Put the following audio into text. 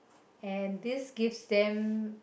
and this gives them